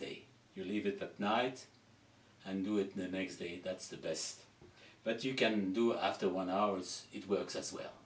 day you leave it at night and do it the next day that's the best but you can do after one hours it works as well